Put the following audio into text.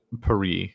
Paris